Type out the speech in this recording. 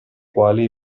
quale